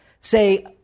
say